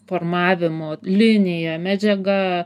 formavimo linija medžiaga